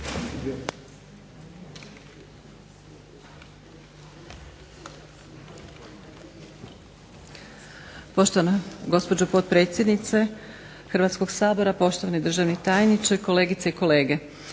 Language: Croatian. Poštovana gospođo potpredsjednice Hrvatskog sabora, poštovani državni tajniče, kolegice i kolege.